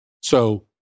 So-